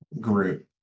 group